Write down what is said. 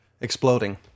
exploding